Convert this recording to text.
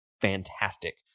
fantastic